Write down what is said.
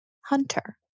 hunter